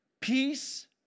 peace